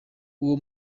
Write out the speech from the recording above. uwo